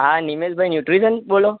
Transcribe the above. હા નિમેશ ભાઈ ન્યૂટ્રિશન બોલો